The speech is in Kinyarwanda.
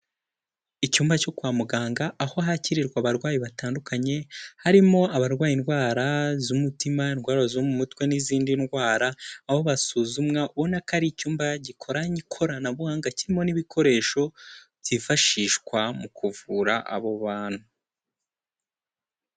Icyumba cyo kwa muganga aho hakirirwa abarwayi batandukanye harimo abarwaye indwara z'umutima, indwara zo mu mutwe n'izindi ndwara, aho basuzumwa ubona ko ari icyumba gikoranye ikoranabuhanga kirimo n'ibikoresho byifashishwa mu kuvura abo bantu.